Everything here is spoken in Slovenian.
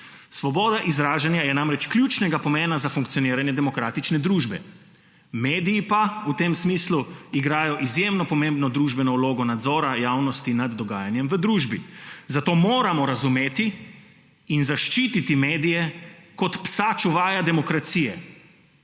Svoboda izražanje je namreč ključnega pomena za funkcioniranje demokratične družbe, mediji pa v tem smislu igrajo izjemno pomembno družbeno vlogo nadzora javnosti nad dogajanjem v družbi, zato moramo razumeti in zaščititi medije kot psa čuvaja demokracije.